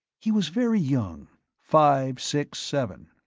he was very young five, six, seven.